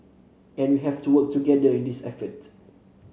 and we have to work together in this effort